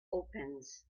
opens